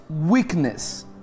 weakness